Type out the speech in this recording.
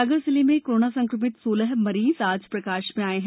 सागर जिले में कोरोना संक्रमित सोलह मरीज आज प्रकाश में आये है